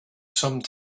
some